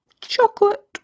chocolate